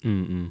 mm mm